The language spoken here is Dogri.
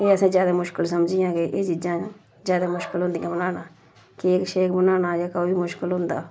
एह् असें ज्यादा मुश्कल समझियां के एह् चीजां ज्यादा मुश्कल होंदियां बनाना केक शेक बनाना जेह्का ओह् बी मुश्कल होंदा